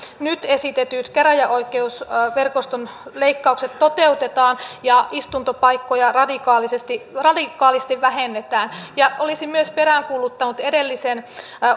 nyt esitetyt käräjäoikeusverkoston leikkaukset toteutetaan ja istuntopaikkoja radikaalisti radikaalisti vähennetään ja olisin myös peräänkuuluttanut edellisen